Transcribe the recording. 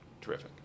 Terrific